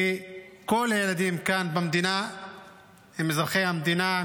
כי כל הילדים כאן במדינה הם אזרחי המדינה,